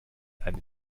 eine